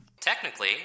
Technically